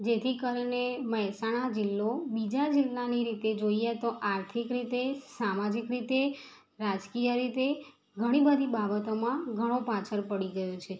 જેથી કરીને મહેસાણા જિલ્લો બીજા જિલ્લાની રીતે જોઈએ તો આર્થિક રીતે સામાજિક રીતે રાજકીય રીતે ઘણી બધી બાબતોમાં ઘણો પાછળ પડી ગયો છે